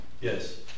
Yes